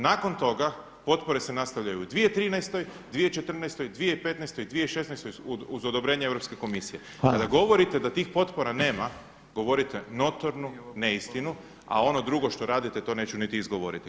Nakon toga potpore se nastavljaju i u 2013., 2014., 2015. i 2016. uz odobrenje Europske komisije [[Upadica Reiner: Hvala.]] Kada govorite da tih potpora nema govorite notornu ne istinu, a ono drugo što radite to neću niti izgovoriti.